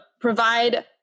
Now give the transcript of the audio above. provide